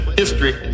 history